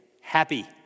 Happy